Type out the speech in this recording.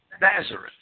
Nazareth